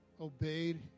obeyed